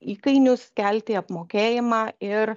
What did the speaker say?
įkainius kelti apmokėjimą ir